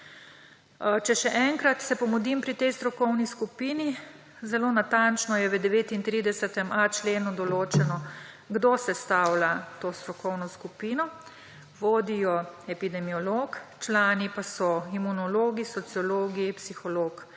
se še enkrat pomudim pri tej strokovni skupini. Zelo natančno je v 39.a členu določeno, kdo sestavlja to strokovno skupino. Vodi jo epidemiolog, člani pa so imunologi, sociologi, psiholog,